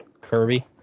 Kirby